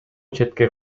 четке